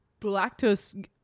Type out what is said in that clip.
lactose